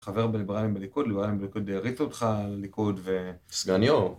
חבר בליברלים בליכוד, ליברלים בליכוד די הריצו אותך לליכוד, וסגן יו"ר.